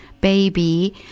baby